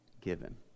given